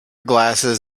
glasses